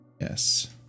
Yes